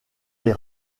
des